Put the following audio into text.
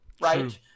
right